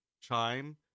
chime